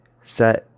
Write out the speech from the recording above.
set